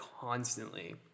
constantly